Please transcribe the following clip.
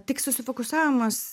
tik susifokusavimas